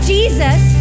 Jesus